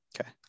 Okay